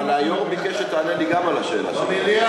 אבל היו"ר ביקש שתענה לי על גם על השאלה שלי,